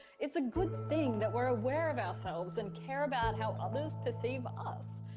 it's a good thing that we're aware of ourselves and care about how others perceive us.